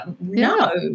No